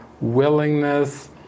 willingness